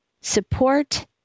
support